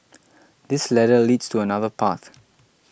this ladder leads to another path